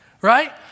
right